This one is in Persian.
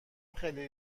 خیلی